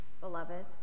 beloveds